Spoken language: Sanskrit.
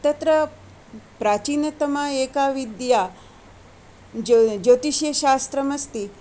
तत्र प्राचीनतमा एका विद्या ज्योतिष्यशास्त्रमस्ति